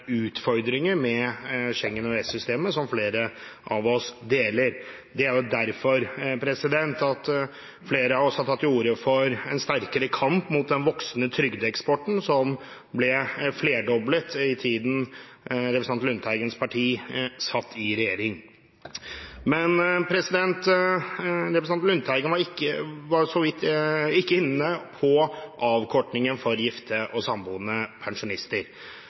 utfordringer med Schengen- og EØS-systemet. Det er derfor flere av oss har tatt til orde for en sterkere kamp mot den voksende trygdeeksporten, som ble flerdoblet i tiden representanten Lundteigens parti satt i regjering. Men representanten Lundteigen var ikke inne på avkortningen for gifte og samboende pensjonister.